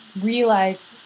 realize